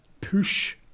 push